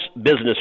business